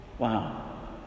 Wow